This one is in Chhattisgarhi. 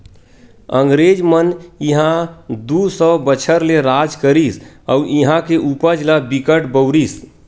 अंगरेज मन इहां दू सौ बछर ले राज करिस अउ इहां के उपज ल बिकट बउरिस